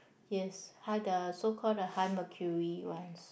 yes high the so called the high mercury ones